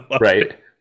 right